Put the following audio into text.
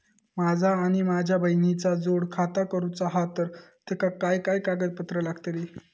माझा आणि माझ्या बहिणीचा जोड खाता करूचा हा तर तेका काय काय कागदपत्र लागतली?